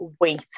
wait